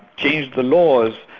changed the laws.